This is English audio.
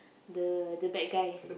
the the bad guy